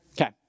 Okay